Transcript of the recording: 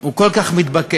הוא כל כך מתבקש,